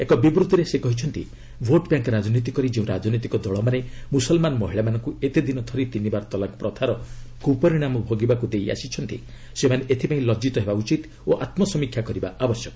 ଏକ ବିବୂତ୍ତିରେ ସେ କହିଛନ୍ତି ଭୋଟ୍ ବ୍ୟାଙ୍କ୍ ରାଜନୀତି କରି ଯେଉଁ ରାଜନୈତିକ ଦଳମାନେ ମୁସଲ୍ମାନ ମହିଳାମାନଙ୍କୁ ଏତେ ଦିନ ଧରି ତିନିବାର ତଲାକ୍ ପ୍ରଥାର କୁପରିଣାମ ଭୋଗିବାକୁ ଦେଇଆସିଛନ୍ତି ସେମାନେ ଏଥିପାଇଁ ଲଜିତ ହେବା ଉଚିତ ଓ ଆତ୍କସମୀକ୍ଷା କରିବା ଆବଶ୍ୟକ